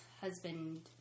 husband